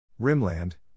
Rimland